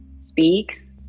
speaks